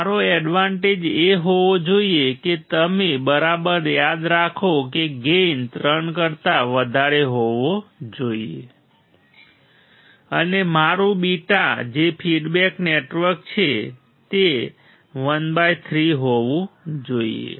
મારો એડવાન્ટેજ એ હોવો જોઈએ કે તમે બરાબર યાદ રાખો કે ગેઈન 3 કરતા વધારે હોવો જોઈએ અને મારું β જે ફીડબેક નેટવર્ક છે તે 13 હોવું જોઈએ